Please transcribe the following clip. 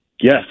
Yes